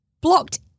blocked